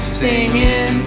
singing